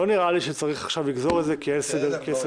לא נראה שצריך עכשיו לגזור את זה כי אין סדר-יום.